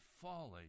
folly